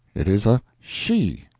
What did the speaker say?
it is a she.